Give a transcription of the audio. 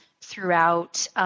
throughout